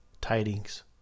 tidings